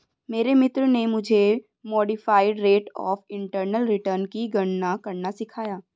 मेरे मित्र ने मुझे modified rate of internal return की गणना करना सिखाया